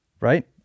right